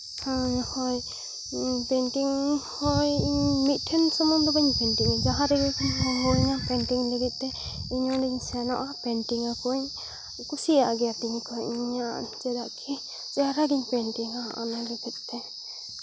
ᱦᱳᱭ ᱯᱮᱱᱴᱤᱝ ᱦᱳᱭ ᱤᱧᱴᱷᱮᱱ ᱢᱤᱫᱴᱮᱱ ᱥᱩᱢᱩᱱ ᱫᱚ ᱵᱟᱹᱧ ᱯᱮᱱᱴᱤᱝᱟ ᱡᱟᱦᱟᱸ ᱨᱮᱜᱮ ᱠᱚ ᱦᱚᱦᱚ ᱤᱧᱟ ᱯᱮᱱᱴᱤᱝ ᱞᱟᱹᱜᱤᱫ ᱛᱮ ᱤᱧ ᱚᱸᱰᱮᱧ ᱥᱮᱱᱚᱜᱼᱟ ᱯᱮᱱᱴᱤᱝ ᱟᱠᱚᱣᱟᱧ ᱠᱩᱥᱤᱭᱟᱜ ᱜᱮᱛᱤᱧ ᱟᱠᱚ ᱤᱧᱟᱹᱜ ᱪᱮᱫᱟᱜ ᱠᱤ ᱪᱮᱦᱨᱟ ᱜᱤᱧ ᱯᱮᱱᱴᱤᱝᱟ ᱚᱱᱟ ᱞᱟᱹᱜᱤᱫ ᱛᱮ